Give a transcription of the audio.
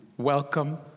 welcome